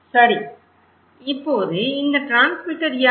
சரி இப்போது இந்த டிரான்ஸ்மிட்டர் யார்